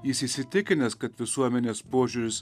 jis įsitikinęs kad visuomenės požiūris